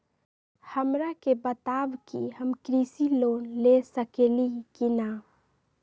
हमरा के बताव कि हम कृषि लोन ले सकेली की न?